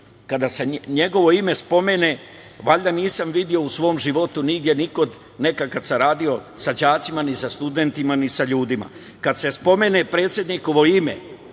kada se njegovo ime spomene, valjda nisam video u svom životu nigde ni kod, nekada kada sam radio sa đacima, ni sa studentima ni sa ljudima. Kada se spomene predsednikovo ime